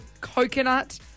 coconut